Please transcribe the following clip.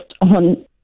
on